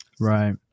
right